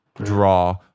draw